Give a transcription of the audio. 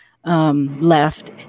Left